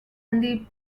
and